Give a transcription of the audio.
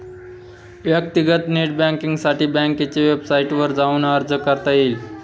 व्यक्तीगत नेट बँकींगसाठी बँकेच्या वेबसाईटवर जाऊन अर्ज करता येईल